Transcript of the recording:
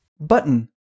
Button